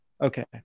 Okay